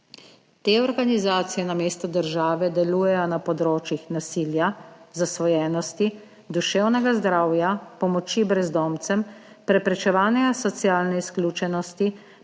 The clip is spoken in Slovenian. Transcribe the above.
Te organizacije namesto države delujejo na področjih nasilja, zasvojenosti, duševnega zdravja, pomoči brezdomcem, preprečevanja socialne izključenosti,